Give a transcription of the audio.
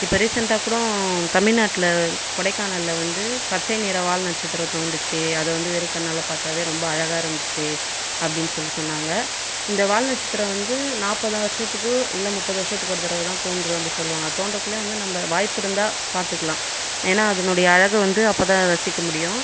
இப்போ ரீசென்ட்டா கூட தமிழ்நாட்டில் கொடைக்கானலில் வந்து பச்சை நிற வால் நட்சத்திரம் தோன்றுச்சு அதை வந்து வெறும் கண்ணால் பார்த்தாவே ரொம்ப அழகாக இருந்துச்சு அப்படினு சொல்லிட்டு சொன்னாங்கள் இந்த வால் நட்சத்திரம் வந்து நாற்பது வருஷத்துக்கு இல்லை முப்பது வருஷத்துக்கு ஒரு தடவைதான் தோன்றும் அப்படி சொல்வாங்கள் தோன்றதுக்குள்ளயே நம்ம வாய்ப்பிருந்தா பார்த்துக்கலாம் ஏன்னா அதனுடைய அழகு வந்து அப்போதான் ரசிக்க முடியும்